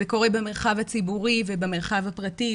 זה קורה במרחב הציבורי ובמרחב הפרטי,